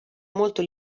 molto